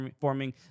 forming